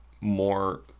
more